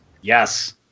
Yes